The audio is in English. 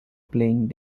playing